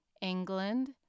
England